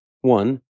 One